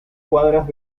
cuadras